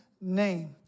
name